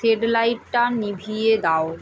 shade লাইটটা নিভিয়ে দাও